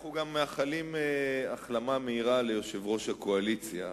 אנחנו גם מאחלים החלמה מהירה ליושב-ראש הקואליציה,